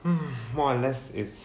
hmm more or less it's